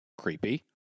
creepy